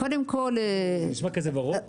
זה נשמע כזה ורוד.